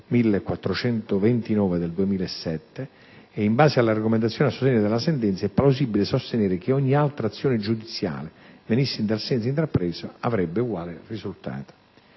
1429 del 2007). In base alle argomentazioni a sostegno della sentenza è plausibile sostenere che ogni altra azione giudiziale venisse in tal senso intrapresa avrebbe uguale risultato.